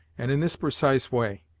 and in this precise way.